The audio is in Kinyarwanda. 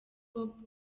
hop